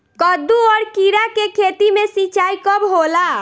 कदु और किरा के खेती में सिंचाई कब होला?